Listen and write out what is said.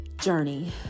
Journey